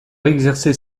exercer